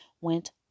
went